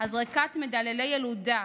הזרקת מדללי ילודה,